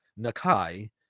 Nakai